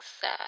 sad